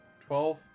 Twelve